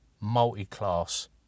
multi-class